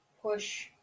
Push